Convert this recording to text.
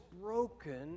broken